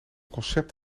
concept